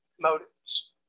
motives